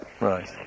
right